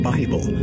Bible